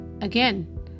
again